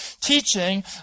teaching